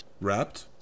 Wrapped